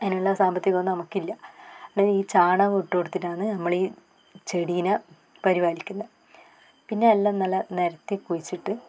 അതിനുള്ള സാമ്പത്തികം ഒന്നും നമുക്കില്ല ഞാൻ ഈ ചാണകം ഇട്ടു കൊടുത്തിട്ടാണ് നമ്മൾ ഈ ചെടിയെ പരിപാലിക്കുന്നത് പിന്നെ എല്ലാം നല്ല നിരത്തി കുഴിച്ചിട്ട്